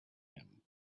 him